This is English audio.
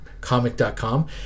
comic.com